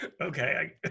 okay